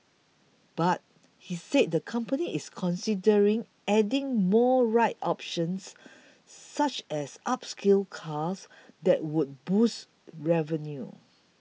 but he said the company is considering adding more ride options such as upscale cars that would boost revenue